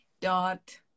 dot